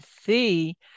see